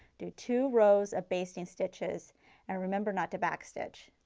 do two rows of basting stitches and remember not to back stitch.